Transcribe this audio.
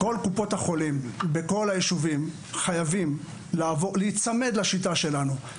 כל קופות החולים בכל היישובים חייבות להיצמד לשיטה שלנו.